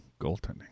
goaltending